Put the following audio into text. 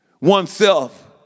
oneself